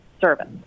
service